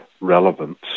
relevance